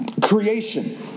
creation